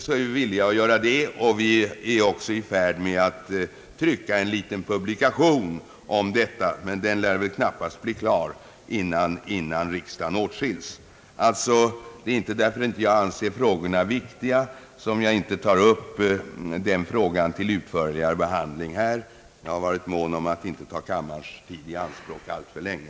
Vi är också i färd med att trycka en liten publikation om detta, men den lär knappast bli färdig innan riksdagen åtskils. Det är alltså inte därför att jag inte anser denna fråga viktig, som jag inte tar upp den till behandling här. Jag har, herr talman, varit mån om att inte ta kammarens tid i anspråk alltför länge.